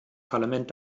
parlament